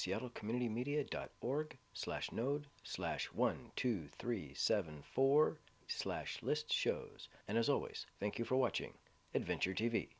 seattle community media dot org slash node slash one two three seven four slash list shows and as always thank you for watching adventure t